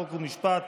חוק ומשפט,